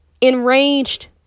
enraged